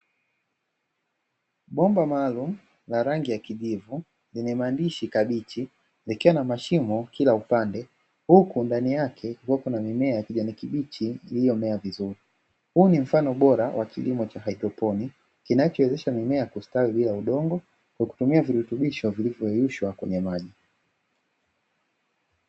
Bomba maalumu la rangi ya kijivu huku kuna mimea iliyostawi. kwa kutumia virutubisho vilivyoko kwenye maji